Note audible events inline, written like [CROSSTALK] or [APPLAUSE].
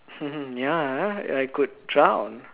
[LAUGHS] ya I could drown